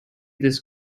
this